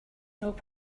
know